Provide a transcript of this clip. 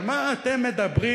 על מה אתם מדברים?